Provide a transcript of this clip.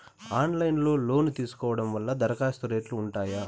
Online లో loan తీసుకోవడం వల్ల దరఖాస్తు రేట్లు ఉంటాయా?